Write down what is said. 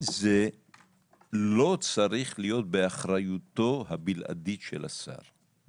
זה לא צריך להיות באחריותו הבלעדית של השר.